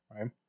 Right